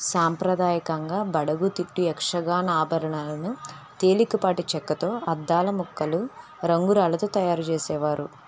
సాంప్రదాయకంగా బడగుతిట్టు యక్షగాన ఆభరణాలను తేలికపాటి చెక్కతో అద్దాల ముక్కలు రంగు రాళ్ళతో తయారు చేసేవారు